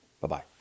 Bye-bye